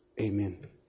Amen